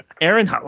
Aaron